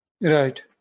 Right